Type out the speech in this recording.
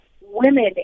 women